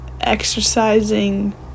exercising